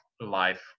life